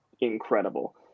incredible